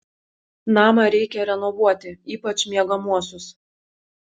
namą reikia renovuoti ypač miegamuosius